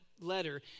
letter